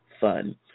fun